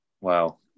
Wow